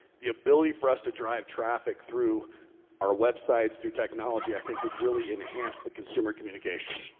the ability for us to drive traffic through our websites, through technology, i think, would really enhance the consumer communication.